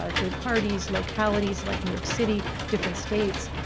ah third parties, localities like new york city, different states,